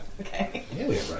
Okay